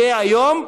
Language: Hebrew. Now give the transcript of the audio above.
יהיה היום,